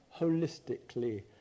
holistically